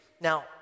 Now